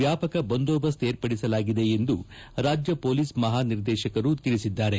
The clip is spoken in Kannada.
ವ್ಯಾಪಕ ಬಂದೋಬಸ್ತ್ ವಿರ್ಪಡಿಸಲಾಗಿದೆ ಎಂದು ರಾಜ್ಯ ಮೊಲೀಸ್ ಮಹಾನಿರ್ದೇಶಕರು ತಿಳಿಸಿದ್ದಾರೆ